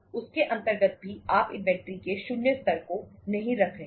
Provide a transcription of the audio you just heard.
उसके अंतर्गत भी आप इन्वेंटरी के शून्य स्तर को नहीं रख रहे हैं